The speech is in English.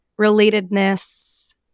relatedness